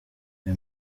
ayo